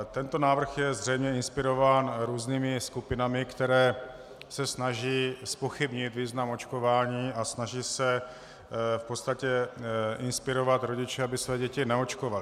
Tento návrh je zřejmě inspirován různými skupinami, které se snaží zpochybnit význam očkování a snaží se v podstatě inspirovat rodiče, aby své děti neočkovali.